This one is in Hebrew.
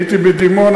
הייתי בדימונה,